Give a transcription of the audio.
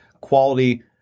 quality